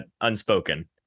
unspoken